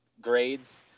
grades